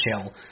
chill